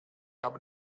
habe